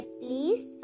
please